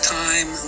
time